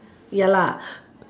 ya lah